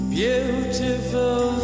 beautiful